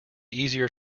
easier